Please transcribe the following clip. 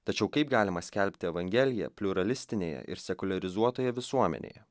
tačiau kaip galima skelbti evangeliją pliuralistinėje ir sekuliarizuotoje visuomenėje